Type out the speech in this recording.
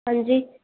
ਹਾਂਜੀ